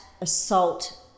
assault